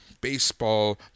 Baseball